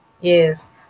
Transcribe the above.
Yes